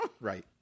right